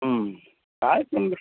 काय समज्